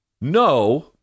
no